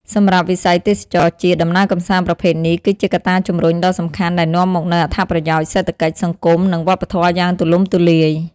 សម្រាប់វិស័យទេសចរណ៍ជាតិ ដំណើរកម្សាន្តប្រភេទនេះគឺជាកត្តាជំរុញដ៏សំខាន់ដែលនាំមកនូវអត្ថប្រយោជន៍សេដ្ឋកិច្ច សង្គម និងវប្បធម៌យ៉ាងទូលំទូលាយ។